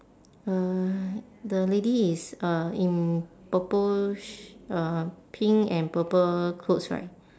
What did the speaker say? uh the lady is uh in purple sh~ uh pink and purple clothes right